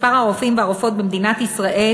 מספר הרופאים והרופאות במדינת ישראל